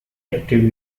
active